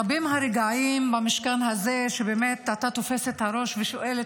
רבים הרגעים במשכן הזה שבאמת אתה תופס את הראש ושואל את